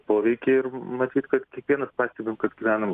poveikį ir matyt kad kiekvienas pastebim kad gyvenam